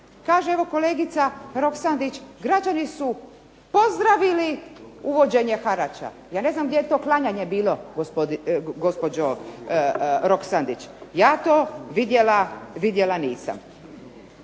Kaže evo kolegica Roksandić građani su pozdravili uvođenje harača. Ja ne znam gdje je to klanjanje bilo gospođo Roksandić, ja to vidjela nisam.